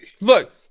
Look